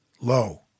Low